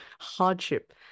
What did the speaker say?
hardship